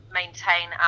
maintain